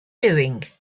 doing